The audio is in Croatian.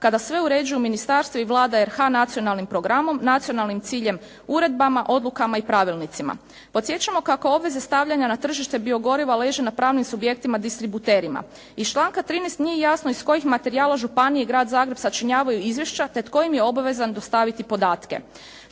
kada sve uređuju ministarstvo i Vlada RH nacionalnim programom, nacionalnim ciljem, uredbama, odlukama i pravilnicima. Podsjećamo kako obveze stavljanja na tržište biogoriva leže na pravnim subjektima distributerima. Iz članka 13. nije jasno iz kojih materijala županije Grad Zagreb sačinjavaju izvješća te tko im je obavezan dostaviti podatke.